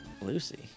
Lucy